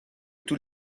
tous